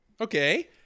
Okay